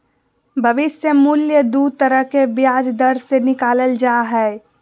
भविष्य मूल्य दू तरह के ब्याज दर से निकालल जा हय